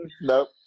nope